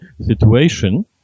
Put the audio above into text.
situation